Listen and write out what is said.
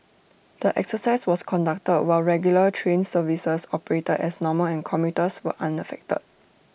the exercise was conducted while regular train services operated as normal and commuters were unaffected